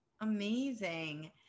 amazing